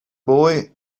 boy